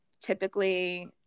typically